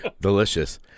delicious